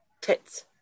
Tits